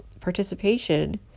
participation